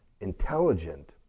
intelligent